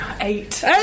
Eight